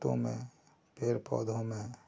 खेतों में पेड़ पौधों में